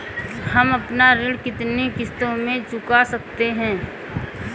हम अपना ऋण कितनी किश्तों में चुका सकते हैं?